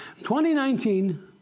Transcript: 2019